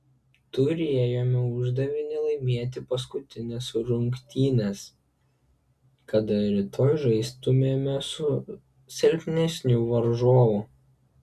turėjome uždavinį laimėti paskutines rungtynes kad rytoj žaistumėme su silpnesniu varžovu